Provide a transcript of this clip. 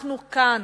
אנחנו כאן,